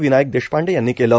विनायक देशपांडे यांनी केलं